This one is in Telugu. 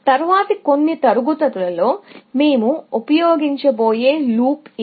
తరువాతి కొన్ని తరగతులలో మేము ఉపయోగించబోయే లూప్ ఇది